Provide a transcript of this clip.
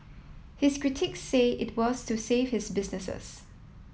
his critics say it was to save his businesses